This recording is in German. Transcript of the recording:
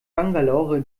bangalore